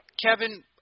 Kevin